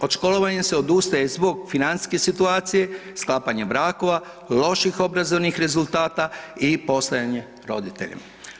Od školovanja se odustaje zbog financijske situacije, sklapanja brakova, loših obrazovnih rezultata i postojanja roditeljem.